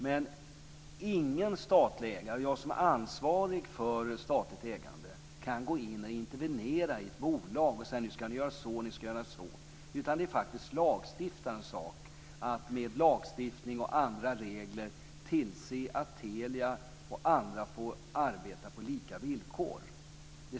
Men ingen statlig ägare - inte heller jag som är ansvarig för statligt ägande - kan gå in och intervenera i ett bolag och säga att man ska göra si eller så. Det är lagstiftarens sak att med lagstiftning och andra regler se till att Telia och andra får arbeta på lika villkor.